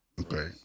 Okay